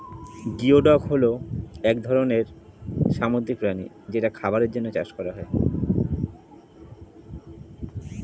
geoduck এক ধরনের সামুদ্রিক প্রাণী যেটা খাবারের জন্যে চাষ করা হয়